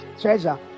treasure